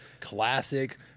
classic